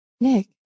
nick